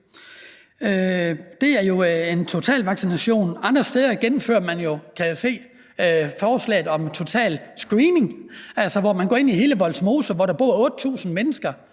Det er jo en totalvaccination, jeg spørger ind til. Andre stedet gennemfører man jo, kan jeg se, forslaget om en total screening, altså hvor man går ind i hele Vollsmose, hvor der bor 8.000 mennesker,